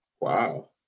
Wow